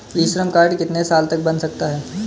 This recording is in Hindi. ई श्रम कार्ड कितने साल तक बन सकता है?